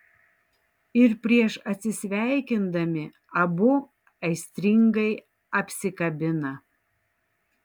ir prieš atsisveikindami abu aistringai apsikabina